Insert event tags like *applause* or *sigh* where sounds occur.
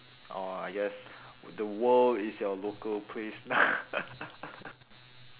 or I guess the world is your local place now *laughs*